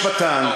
אתה גם משפטן,